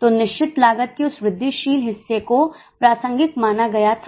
तो निश्चित लागत के उस वृद्धिशील हिस्से को प्रासंगिक माना गया था